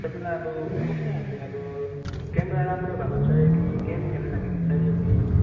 तपाईँलाई अब कस्तो खालके अब क्यामेरा राम्रो भएको चाहियो कि गेम खेल्नुलागि चाहियो कि